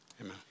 Amen